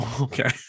okay